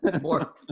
More